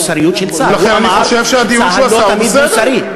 לא תמיד מוסרי.